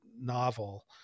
novel